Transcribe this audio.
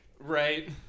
Right